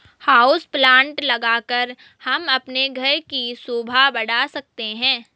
house plant लगाकर हम अपने घर की शोभा बढ़ा सकते हैं